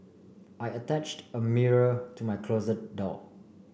I attached a mirror to my closet door